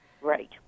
Right